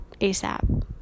ASAP